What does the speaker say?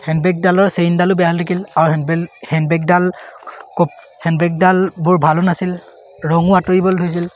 হেণ্ডবেগডালৰ চেইনডালো বেয়া হৈ থাকিল আৰু হেণ্ডবেল হেণ্ডবেগডাল হেণ্ডবেগডাল বৰ ভালো নাছিল ৰঙো আঁতৰিবলৈ ধৰিছিল